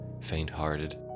faint-hearted